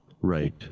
Right